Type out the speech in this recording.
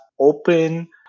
open